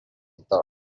thought